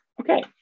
Okay